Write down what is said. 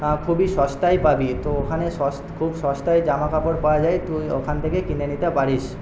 খুবই সস্তায় পাবি তো ওখানে খুব সস্তায় জামাকাপড় পাওয়া যায় তুই ওখান থেকে কিনে নিতে পারিস